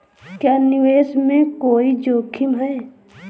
क्या निवेश में कोई जोखिम है?